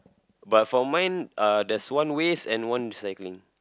but for mine uh there's one waste and one recycling